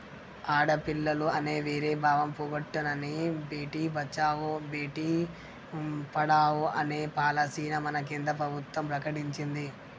ఆడపిల్లలు అనే వేరు భావం పోగొట్టనని భేటీ బచావో బేటి పడావో అనే పాలసీని మన కేంద్ర ప్రభుత్వం ప్రకటించింది